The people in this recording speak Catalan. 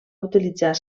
utilitzar